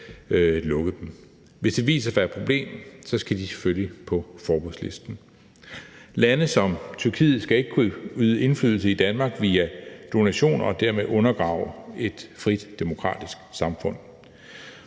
lukke dem. Hvis det viser, at der er et problem, skal de selvfølgelig på forbudslisten. Lande som Tyrkiet skal ikke kunne øve indflydelse i Danmark via donationer og dermed undergrave et frit demokratisk samfund,